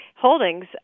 holdings